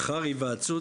לאחר היוועצות,